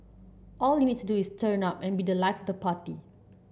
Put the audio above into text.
all you need to do is turn up and be the life the party